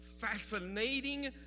fascinating